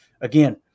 again